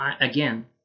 again